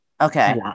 Okay